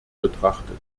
betrachtet